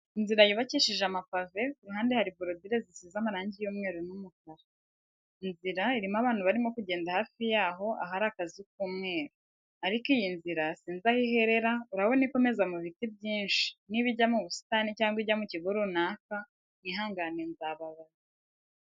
Inzira yubakishije amapave, ku ruhande hari borodire zisize amarangi y'umweru n'umukara. Inzira irimo abantu barimo kugenda hafi yaho ahari akazu k'umweru. Ariko iyi nzira sinzi aho iherera urabona ikomeza mu biti byinshi, niba ijya mu busitani cyangwa ijya mu kigo runaka mwihangane nzababaza.